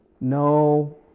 No